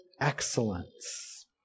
excellence